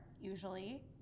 usually